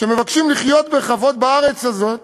שמבקשים לחיות בכבוד בארץ הזאת